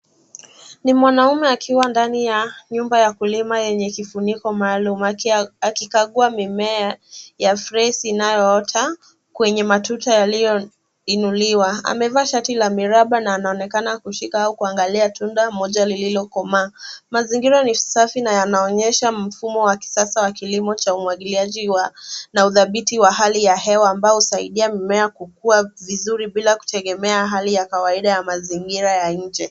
Ni mwanaume akiwa ndani ya nyumba ya kulima yenye kifuniko maalum, akikagua mimea ya phrase inayoota kwenye matuta yaliyoinuliwa. Amevaa shati la miraba na anaonekana kushika au kuangalia tunda moja lililokomaa. Mazingira ni safi na yanaonyesha mfumo wa kisasa wa kilimo cha umwagiliaji wa na udhabiti wa hali ya hewa ambao husaidia mimea kukua vizuri bila kutegemea hali ya kawaida ya mazingira ya nje.